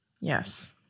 yes